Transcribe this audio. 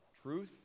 Truth